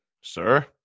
Sir